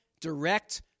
direct